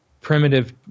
primitive